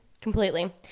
completely